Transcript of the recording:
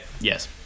Yes